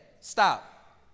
stop